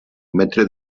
metre